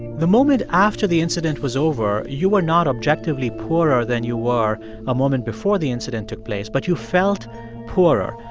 the moment after the incident was over, you were not objectively poorer than you were a moment before the incident took place, but you felt poorer.